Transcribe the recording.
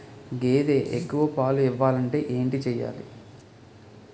గేదె ఎక్కువ పాలు ఇవ్వాలంటే ఏంటి చెయాలి?